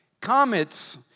comets